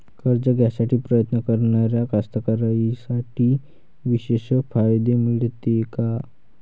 कर्ज घ्यासाठी प्रयत्न करणाऱ्या कास्तकाराइसाठी विशेष फायदे मिळते का?